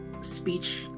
speech